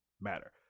matter